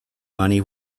money